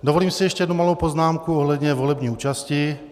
Dovolím si ještě jednu malou poznámku ohledně volební účasti.